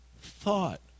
thought